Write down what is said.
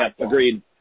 agreed